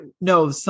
no